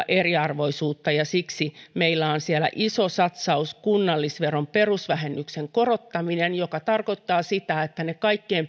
eriarvoisuutta siksi meillä on siellä iso satsaus kunnallisveron perusvähennyksen korottamiseen joka tarkoittaa sitä että niiden kaikkein